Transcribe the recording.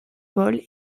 paul